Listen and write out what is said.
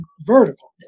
vertical